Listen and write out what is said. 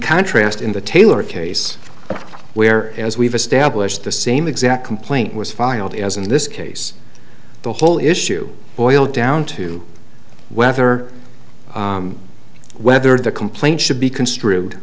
contrast in the taylor case where as we've established the same exact complaint was filed as in this case the whole issue boiled down to whether whether the complaint should be construed